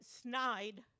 snide